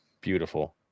beautiful